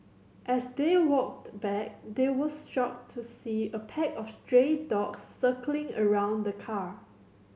as they walked back they were shocked to see a pack of stray dogs circling around the car